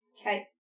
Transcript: Okay